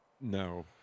No